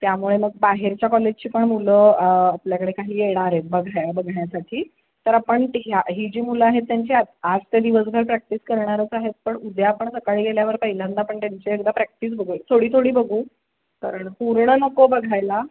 त्यामुळे मग बाहेरच्या कॉलेजची पण मुलं आपल्याकडे काही येणार आहेत बघाय बघण्यासाठी तर आपण ह्या ही जी मुलं आहेत त्यांची आज आज तर दिवसभर प्रॅक्टिस करणारच आहेत पण उद्या आपण सकाळी गेल्यावर पहिल्यांदा आपण त्यांची एकदा प्रॅक्टिस बघू थोडी थोडी बघू कारण पूर्ण नको बघायला